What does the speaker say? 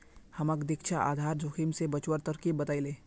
हमाक दीक्षा आधार जोखिम स बचवार तरकीब बतइ ले